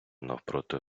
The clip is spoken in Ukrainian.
навпроти